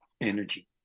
energy